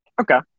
Okay